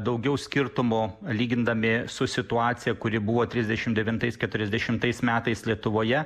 daugiau skirtumų lygindami su situacija kuri buvo trisdešim devintais keturiasdešimtais metais lietuvoje